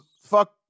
fuck